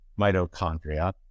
mitochondria